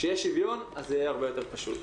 כשיהיה שוויון זה יהיה הרבה יותר פשוט.